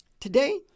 Today